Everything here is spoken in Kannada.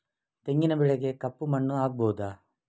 ತೆಂಗಿನ ಬೆಳೆಗೆ ಕಪ್ಪು ಮಣ್ಣು ಆಗ್ಬಹುದಾ?